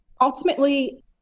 ultimately